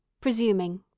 presuming